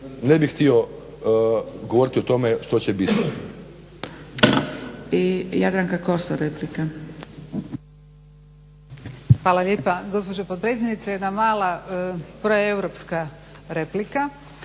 Ne bih htio govoriti o tome što će biti.